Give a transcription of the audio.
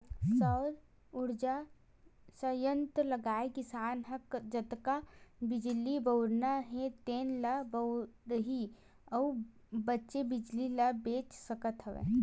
सउर उरजा संयत्र लगाए किसान ह जतका बिजली बउरना हे तेन ल बउरही अउ बाचे बिजली ल बेच सकत हवय